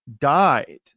died